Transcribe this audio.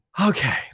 Okay